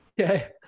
Okay